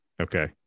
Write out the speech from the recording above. Okay